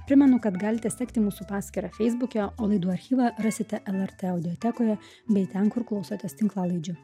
primenu kad galite sekti mūsų paskyrą feisbuke o laidų archyvą rasite lrt audiotekoje bei ten kur klausotės tinklalaidžių